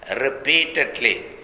repeatedly